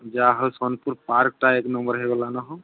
ଯାହା ହଉ ସୋନପୁର ପାର୍କଟା ଏକ ନମ୍ବର୍ ହେଇ ଗଲା ନ ହ